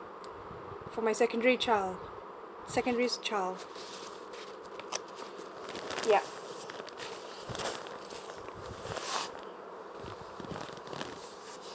for my secondary child secondly child yup